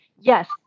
yes